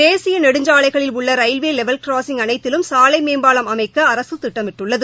தேசிய நெடுஞ்சாலைகளில் உள்ள ரயில்வே லெவல் கிராஸிங் அனைத்திலும் சாலை மேம்பாலம் அமைக்க அரசு திட்டமிட்டுள்ளது